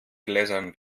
gläsern